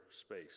space